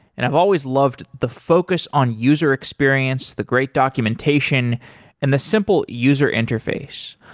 and i've always loved the focus on user experience, the great documentation and the simple user interface.